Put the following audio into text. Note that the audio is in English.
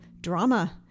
drama